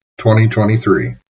2023